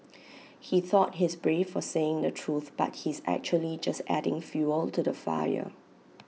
he thought he's brave for saying the truth but he's actually just adding fuel to the fire